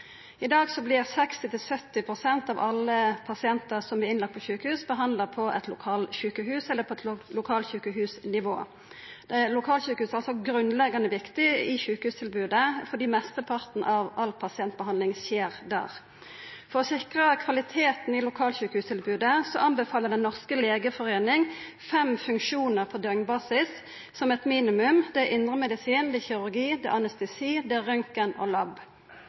I dag vert 60–70 pst. av alle pasientar som er innlagde på sjukehus, behandla på eit lokalsjukehus eller på lokalsjukehusnivå. Lokalsjukehuset er altså grunnleggjande viktig i sjukehustilbodet, fordi mesteparten av all pasientbehandling skjer der. For å sikra kvaliteten i lokalsjukehustilbodet anbefaler Den norske legeforening fem funksjonar på døgnbasis som eit minimum. Det er indremedisin, det er kirurgi, det er anestesi, det er røntgen og